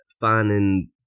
finding